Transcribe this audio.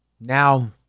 Now